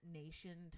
nation